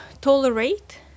tolerate